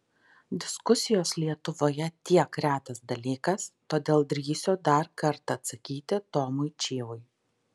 diskusijos lietuvoje tiek retas dalykas todėl drįsiu dar kartą atsakyti tomui čyvui